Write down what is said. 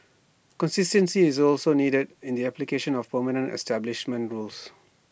consistency is also needed in the application of permanent establishment rules